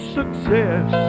success